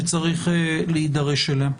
שצריך להידרש אליה.